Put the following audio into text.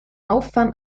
auffahren